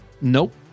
Nope